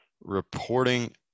reporting